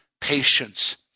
patience